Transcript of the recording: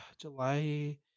july